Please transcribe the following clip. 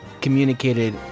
communicated